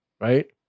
Right